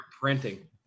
printing